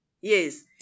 Yes